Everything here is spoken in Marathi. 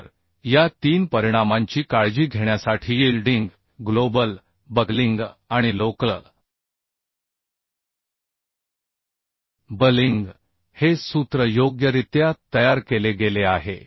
तर या तीन परिणामांची काळजी घेण्यासाठी यील्डिंग ग्लोबल बकलिंग आणि लोकल बकलिंग हे सूत्र योग्यरित्या तयार केले गेले आहे